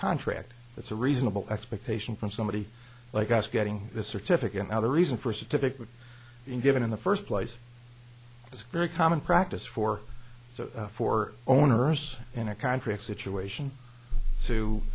contract it's a reasonable expectation from somebody like us getting this certificate now the reason for certificate in given in the first place it's very common practice for four owners in a contract situation